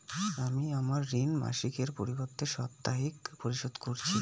আমি আমার ঋণ মাসিকের পরিবর্তে সাপ্তাহিক পরিশোধ করছি